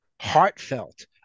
heartfelt